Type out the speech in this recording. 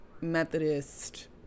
Methodist